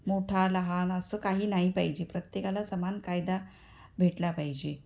मोठा लहान असं काही नाही पाहिजे प्रत्येकाला समान कायदा भेटला पाहिजे